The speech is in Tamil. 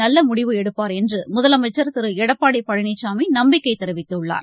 நல்லமுடிவு எடுப்பார் என்றுமுதலமைச்சர் திருஎடப்பாடிபழனிசாமிநம்பிக்கைதெரிவித்துள்ளார்